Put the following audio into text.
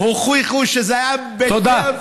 הוכיחו שזה היה, תודה.